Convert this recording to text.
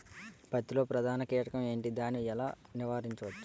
పత్తి లో ప్రధాన కీటకం ఎంటి? దాని ఎలా నీవారించచ్చు?